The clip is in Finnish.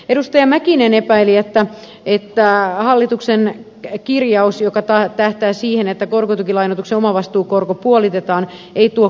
edustaja mäkinen epäili että hallituksen kirjaus joka tähtää siihen että korkotukilainoituksen omavastuukorko puolitetaan ei tuo kaivattua tulosta